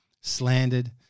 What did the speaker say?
slandered